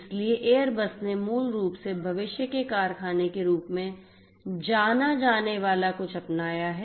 इसलिए एयरबस ने मूल रूप से भविष्य के कारखाने के रूप में जाना जाने वाला कुछ अपनाया है